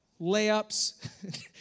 layups